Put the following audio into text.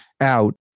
out